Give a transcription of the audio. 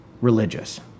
religious